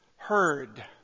heard